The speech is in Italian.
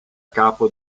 capo